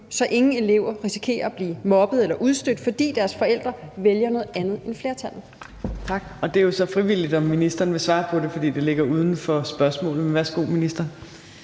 så ingen elever risikerer at blive mobbet eller udstødt, fordi deres forældre vælger noget andet end flertallet? Kl. 15:48 Fjerde næstformand (Trine Torp): Tak. Det er jo så frivilligt, om ministeren vil svare på det, for det ligger uden for spørgsmålet.